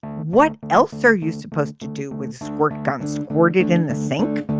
what else are you supposed to do with squirt guns squirted in the sink